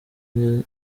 rero